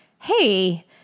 hey